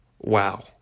wow